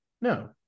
No